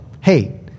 hey